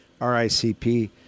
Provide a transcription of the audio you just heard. RICP